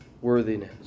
worthiness